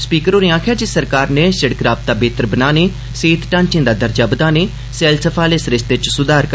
speaker होरें आक्खेआ जे सरकार नै सिड़क राबता बेहतर बनाने सेहत ढांचें दा दर्जा बदाने सैलसफा आले सरीस्ते च सुधार करने